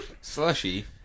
slushy